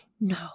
No